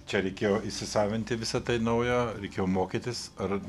čia reikėjo įsisavinti visa tai naujo reikėjo mokytis ar